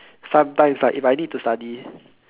sometimes right if I need to study